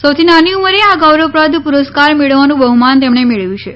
સૌથી નાની ઉંમરે આ ગૌરવપ્રદ પુરસ્કાર મેળવવાનું બહુમાન તેમણે મેળવ્યું છે